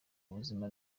buzima